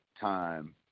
time